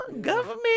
Government